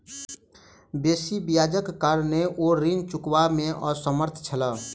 बेसी ब्याजक कारणेँ ओ ऋण चुकबअ में असमर्थ छला